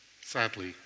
Sadly